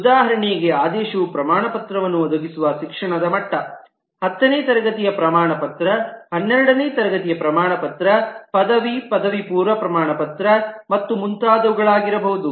ಉದಾಹರಣೆಗೆ ಆದೇಶವು ಪ್ರಮಾಣಪತ್ರವನ್ನು ಒದಗಿಸುವ ಶಿಕ್ಷಣದ ಮಟ್ಟ 10 ನೇ ತರಗತಿಯ ಪ್ರಮಾಣಪತ್ರ 12 ನೇ ತರಗತಿಯ ಪ್ರಮಾಣಪತ್ರ ಪದವಿ ಪದವಿಪೂರ್ವ ಪ್ರಮಾಣಪತ್ರ ಮತ್ತು ಮುಂತಾದವುಗಳಾಗಿರಬಹುದು